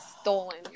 stolen